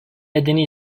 nedeni